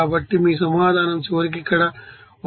కాబట్టి మీ సమాధానం చివరకు ఇక్కడ 1